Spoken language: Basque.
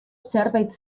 zerbait